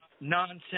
nonsense